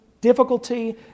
difficulty